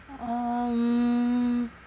um